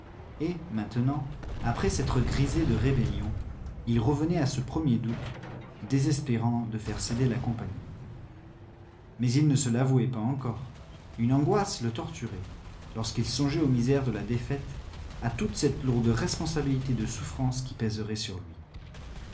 et maintenant après s'être grisé de rébellion il revenait à ce premier doute désespérant de faire céder la compagnie mais il ne se l'avouait pas encore une angoisse le torturait lorsqu'il songeait aux misères de la défaite à toute cette lourde responsabilité de souffrance qui pèserait sur lui